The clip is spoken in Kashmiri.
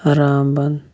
رامبن